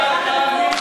אדוני ראש הממשלה,